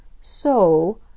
So